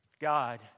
God